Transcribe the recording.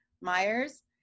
Myers